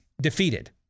defeated